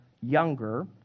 younger